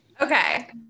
Okay